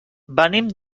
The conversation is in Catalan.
venim